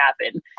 happen